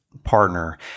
partner